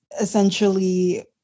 essentially